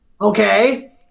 okay